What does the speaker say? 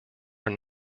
are